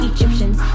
Egyptians